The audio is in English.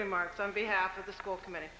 remarks on behalf of the school committee